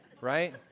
right